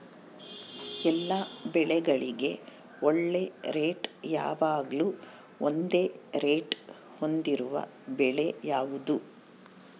ಎಲ್ಲ ಬೆಳೆಗಳಿಗೆ ಒಳ್ಳೆ ರೇಟ್ ಯಾವಾಗ್ಲೂ ಒಂದೇ ರೇಟ್ ಹೊಂದಿರುವ ಬೆಳೆ ಯಾವುದು?